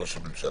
ראש הממשלה.